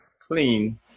clean